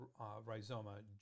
rhizoma